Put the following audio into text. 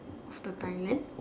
of the thailand